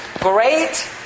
great